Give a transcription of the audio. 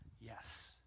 yes